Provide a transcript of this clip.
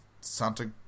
Santa